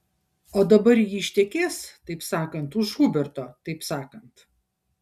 o dabar ji ištekės taip sakant už huberto taip sakant